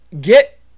Get